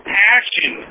passion